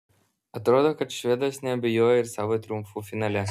atrodo kad švedas neabejoja ir savo triumfu finale